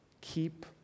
keep